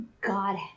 God